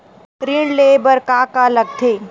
ऋण ले बर का का लगथे?